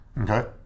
Okay